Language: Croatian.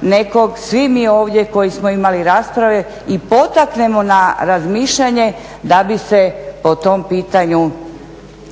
nekog svi mi ovdje koji smo imali rasprave i potaknemo na razmišljanje da bi se po tom pitanju